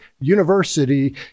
university